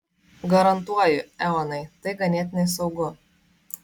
garantuoju eonai tai ganėtinai saugu